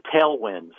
tailwinds